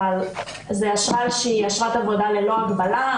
אבל זו אשרה שהיא אשרת עבודה ללא הגבלה,